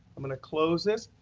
i'm going to close this.